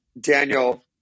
Daniel